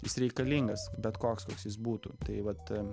jis reikalingas bet koks koks jis būtų tai vat